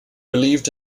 believed